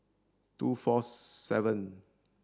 two four seven